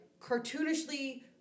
cartoonishly